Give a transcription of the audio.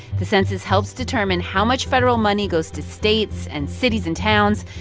the census helps determine how much federal money goes to states and cities and towns,